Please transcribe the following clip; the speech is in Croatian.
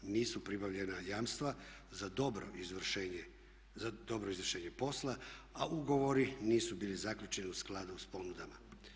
Nisu pribavljena jamstva za dobro izvršenje posla a ugovori nisu bili zaključeni u skladu sa ponudama.